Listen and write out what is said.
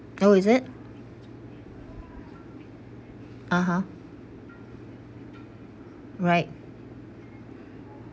oh is it (uh huh) right